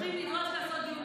אנחנו צריכים לעשות דיון בכנסת,